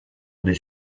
des